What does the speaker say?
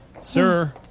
Sir